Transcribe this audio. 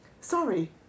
Sorry